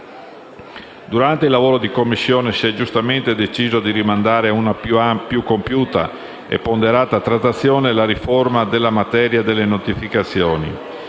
Durante il lavoro di Commissione si è giustamente deciso di rimandare ad una più compiuta e ponderata trattazione la riforma della materia delle notificazioni: